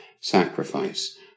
sacrifice